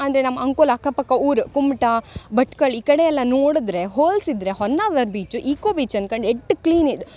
ಅಂದರೆ ನಮ್ಮ ಅಂಕೋಲಾ ಅಕ್ಕಪಕ್ಕ ಊರು ಕುಮಟಾ ಭಟ್ಕಳ ಈ ಕಡೆಯೆಲ್ಲ ನೋಡಿದ್ರೆ ಹೋಲಿಸಿದ್ರೆ ಹೊನ್ನಾವರ ಬೀಚು ಇಕೊ ಬೀಚ್ ಅನ್ಕಂಡು ಎಷ್ಟ್ ಕ್ಲೀನ್ ಇದು